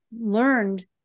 learned